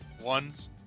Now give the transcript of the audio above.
ones